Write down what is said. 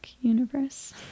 universe